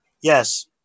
Yes